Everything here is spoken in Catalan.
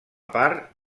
part